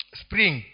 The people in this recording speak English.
spring